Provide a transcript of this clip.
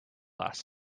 last